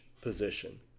position